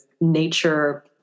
nature